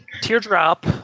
Teardrop